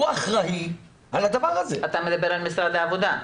הוא אחראי על זה, משרד העבודה.